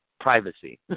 privacy